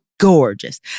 gorgeous